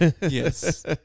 Yes